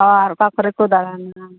ᱟᱨ ᱚᱠᱟ ᱠᱚᱨᱮ ᱠᱚ ᱫᱟᱬᱟᱱᱟ